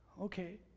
okay